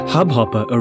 Hubhopper